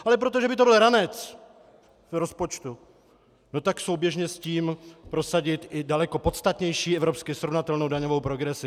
Ale protože by to byl ranec do rozpočtu, tak souběžně s tím prosadit i daleko podstatnější evropsky srovnatelnou daňovou progresi.